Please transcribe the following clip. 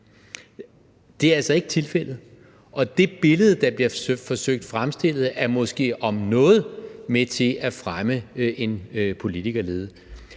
Det er altså ikke tilfældet, og det billede, der bliver forsøgt fremstillet, er måske om noget med til at fremme en politikerlede.